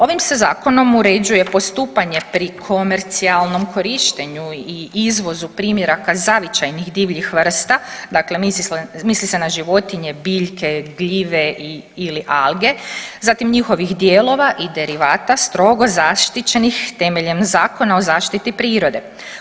Ovim se zakonom uređuje postupanje pri komercijalnom korištenju i izvozu primjeraka zavičajnih divljih vrsta, dakle misli se na životinje, biljke, gljive ili alge, zatim njihovih dijelova i derivata strogo zaštićenih temeljem Zakona o zaštiti prirode.